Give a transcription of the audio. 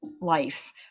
life